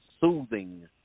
soothing